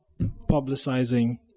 publicizing